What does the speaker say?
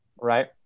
Right